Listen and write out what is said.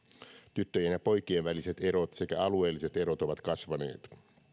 tyttöjen ja poikien väliset erot sekä alueelliset erot ovat kasvaneet